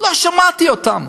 לא שמעתי אותם,